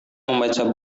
membaca